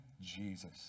Jesus